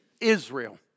Israel